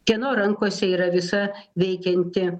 kieno rankose yra visa veikianti